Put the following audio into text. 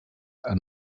and